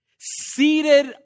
seated